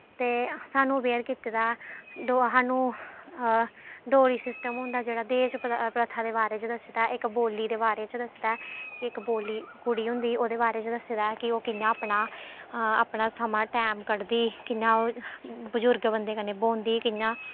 ते सानूं अवेयर कीते दा सानूं डौरी सिस्टम होंदा जेह्ड़ा दहेज़ प्रथा दे बारे च दस्से दा इक बोली दे बारे च दस्से दा ऐ कि इक बोली कुड़ी होंदा ओह्दे बारे च दस्से दा ऐ कि ओह् कि'यां अपना अपना समां टैम कड्ढदी कि'यां बजुर्ग बंदे कन्नै ब्होंदी कि'यां